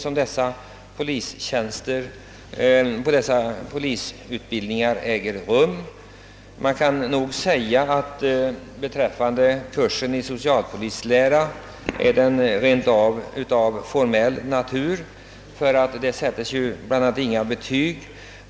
Beträffande kursen i socialpolislära kan man nog säga att den rent av är av formell natur; bl.a. sätts inga betyg.